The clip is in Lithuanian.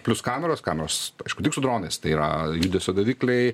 plius kameros kameros aišku tik su dronais tai yra judesio davikliai